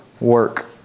work